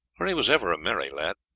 for he was ever a merry lad.